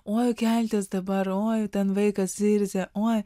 oj keltis dabar oj vaikas zirzia oi